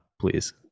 please